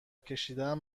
کشیدن